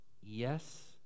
Yes